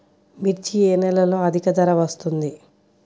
మిర్చి ఏ నెలలో అధిక ధర వస్తుంది?